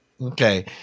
Okay